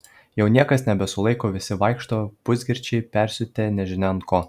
jau niekas nebesulaiko visi vaikšto pusgirčiai persiutę nežinia ant ko